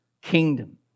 kingdom